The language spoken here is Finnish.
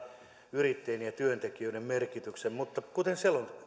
yrittäjien ja työntekijöiden merkityksen mutta kuten